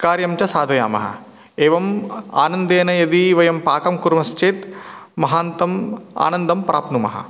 कार्यं च साधयामः एवम् आनन्देन यदि वयं पाकं कुर्मश्चेत् महान्तम् आनन्दं प्राप्नुमः